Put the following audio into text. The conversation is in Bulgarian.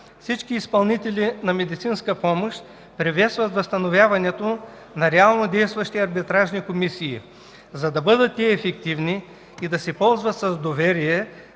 Всички изпълнители на медицинска помощ приветстват възстановяването на реално действащи арбитражни комисии. За да бъдат те ефективни и за да се ползват с доверие,